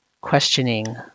questioning